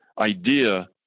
idea